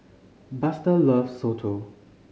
Buster loves Soto